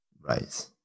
Right